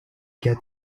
get